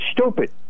Stupid